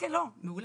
כן, כן, מעולה.